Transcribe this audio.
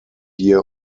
year